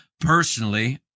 personally